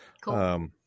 Cool